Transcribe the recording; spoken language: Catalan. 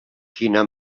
quina